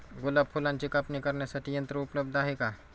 गुलाब फुलाची कापणी करण्यासाठी यंत्र उपलब्ध आहे का?